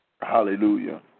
Hallelujah